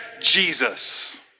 jesus